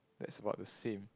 that's what the same